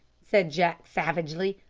said jack savagely,